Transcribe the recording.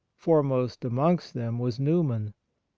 foremost amongst them was newman.